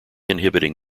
inhibiting